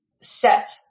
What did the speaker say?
set